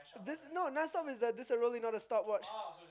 this no non stop is the this a rolling not a stopwatch